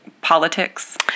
politics